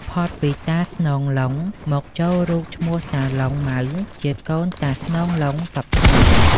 ផុតពីតាស្នង ឡុង មកចូលរូបឈ្មោះតា ឡុង ម៉ៅ ជាកូនតា ស្នង ឡុង សព្វថ្ងៃនេះ ។